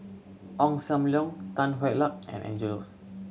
Ong Sam Leong Tan Hwa Luck and Angelo